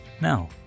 Now